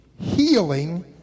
healing